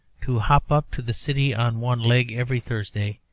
to hop up to the city on one leg every thursday,